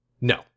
No